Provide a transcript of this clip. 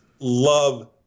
Love